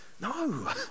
No